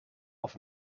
off